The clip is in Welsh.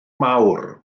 mawr